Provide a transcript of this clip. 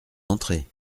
entrée